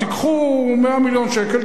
תיקחו 100 מיליון שקל,